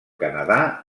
canadà